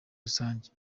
rusange